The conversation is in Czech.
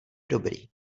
dobrý